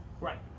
Right